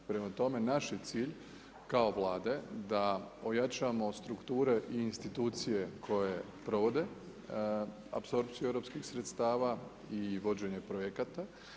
Prema tome, naš je cilj kao vlade, da ojačamo strukture i institucije, koje provode apsorpciju europskih sredstava i vođenje projekata.